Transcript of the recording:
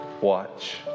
watch